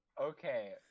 okay